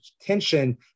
tension